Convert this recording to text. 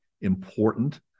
important